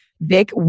Vic